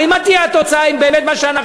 הרי מה תהיה התוצאה אם באמת אנחנו,